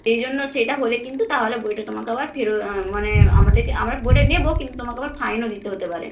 এই জন্য সেটা হলে কিন্তু তাহলে বইটা তোমাকে আবার ফের মানে আমাদেরকে আমরা বইটা নেব কিন্তু তোমাকে আবার ফাইনও দিতে হতে পারে